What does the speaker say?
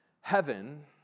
heaven